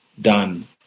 done